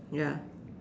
ya